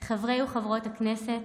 חברות וחברי הכנסת,